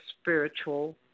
spiritual